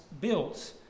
built